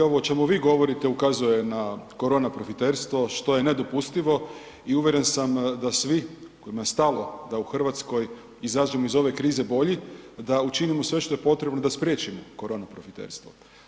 Dakle i ovo o čemu vi govorite ukazuje na korona profiterstvo što je nedopustivo i uvjeren sam da svi kojima je stalo da u Hrvatskoj izađemo iz ove krize bolje da učinimo sve što je potrebno da spriječimo korona profiterstvo.